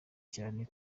cyane